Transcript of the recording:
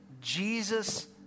Jesus